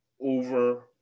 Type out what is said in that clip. over